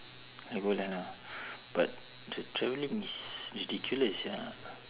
legoland ah but the traveling is ridiculous sia